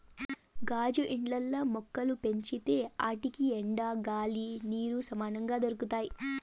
గాజు ఇండ్లల్ల మొక్కలు పెంచితే ఆటికి ఎండ, గాలి, నీరు సమంగా దొరకతాయి